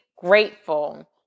grateful